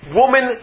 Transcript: woman